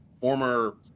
former